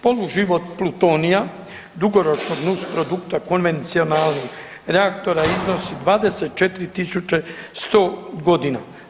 Poluživot plutonija dugoročnog nusprodukta konvencionalnih reaktora iznosi 23.100 godina.